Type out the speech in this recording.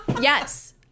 Yes